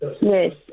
Yes